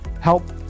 help